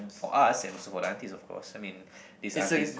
for us and also for the aunties of course I mean these aunties